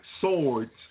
swords